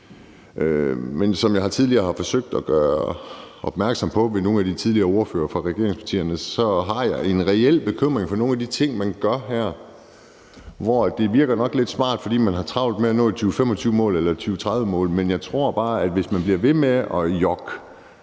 Som jeg tidligere har forsøgt at gøre opmærksom på til nogle af de tidligere ordførere fra regeringspartierne, har jeg en reel bekymring for nogle af de ting, man gør her. Det virker nok lidt smart, fordi man har travlt med at nå et 2025-mål eller et 2030-mål, men jeg tror bare, at hvis man bliver ved med at jokke